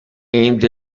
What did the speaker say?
aimed